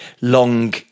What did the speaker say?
long